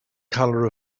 color